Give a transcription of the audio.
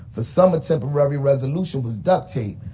for some, a temporary resolution was duct tape.